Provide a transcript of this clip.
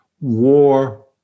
war